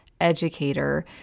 educator